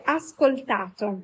ascoltato